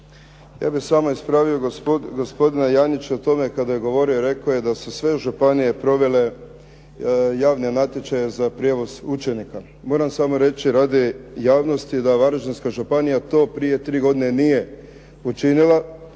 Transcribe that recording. Ja bih samo ispravio gospodina Janjića u tome kada je govorio rekao je da su sve županije provele javne natječaje za prijevoz učenika. Moram samo reći radi javnosti da Varaždinska županija to prije tri godine nije učinila,